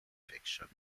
fiction